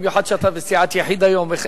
במיוחד כשאתה בסיעת יחיד היום.